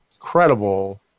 incredible